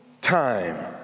time